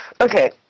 Okay